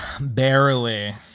Barely